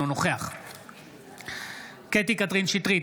אינו נוכח קטי קטרין שטרית,